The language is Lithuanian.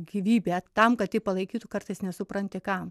gyvybę tam kad jį palaikytų kartais nesupranti kam